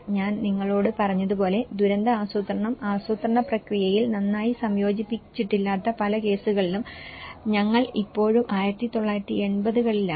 ഞാൻ നിങ്ങളോട് പറഞ്ഞതുപോലെ ദുരന്ത ആസൂത്രണം ആസൂത്രണ പ്രക്രിയയിൽ നന്നായി സംയോജിപ്പിച്ചിട്ടില്ലാത്ത പല കേസുകളിലും ഞങ്ങൾ ഇപ്പോഴും 1980 കളിലാണ്